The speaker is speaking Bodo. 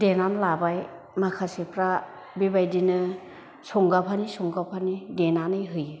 देनानै लाबाय माखासेफ्रा बेबायदिनो संगाफानि संगाफानि देनानै होयो